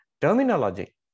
terminology